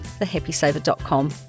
thehappysaver.com